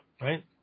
right